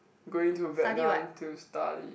going to Vietnam to study